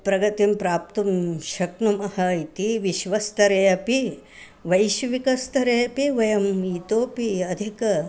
प्रगतिं प्राप्तुं शक्नुमः इति विश्वस्तरे अपि वैश्विकस्थरे अपि वयम् इतोपि अधिक